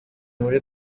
muri